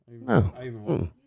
No